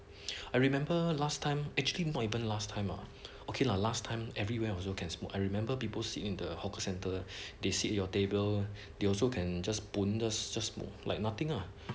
I remember last time actually not even last time ah okay lah last time everywhere also you can smoke I remember people sit in the hawker centre they sit your table they also can just boneless just smoke like nothing ah